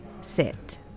sit